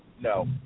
No